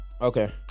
Okay